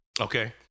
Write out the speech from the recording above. Okay